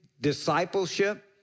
discipleship